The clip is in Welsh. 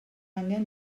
angen